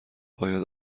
باید